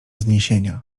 zniesienia